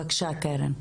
בבקשה קרן.